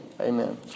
Amen